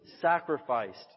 sacrificed